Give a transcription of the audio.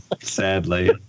Sadly